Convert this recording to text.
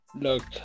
Look